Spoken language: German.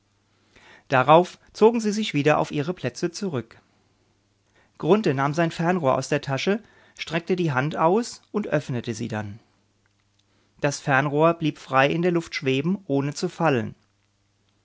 darauf zogen sie sich wieder auf ihre plätze zurück grunthe nahm sein fernrohr aus der tasche streckte die hand aus und öffnete sie dann das fernrohr blieb frei in der luft schweben ohne zu fallen